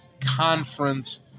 conference